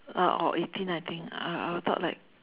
uh or eighteen uh I thought like